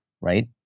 right